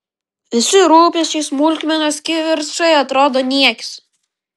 visi rūpesčiai smulkmenos kivirčai atrodo niekis